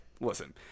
listen